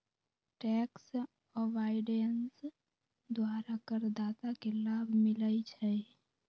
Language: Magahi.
टैक्स अवॉइडेंस द्वारा करदाता के लाभ मिलइ छै